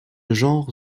genre